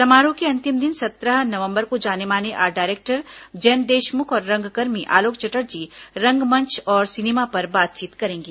समारोह के अंतिम दिन सत्रह नवंबर को जाने माने आर्ट डायरेक्टर जयंत देशमुख और रंगकर्मी आलोक चटर्जी रंगमंच और सिनेमा पर बातचीत करेंगे